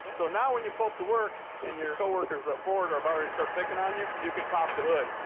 so now when you pull up to work and your coworkers at ford are about ready to start picking on you, you can pop the hood.